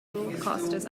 broadcasters